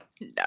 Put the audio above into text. no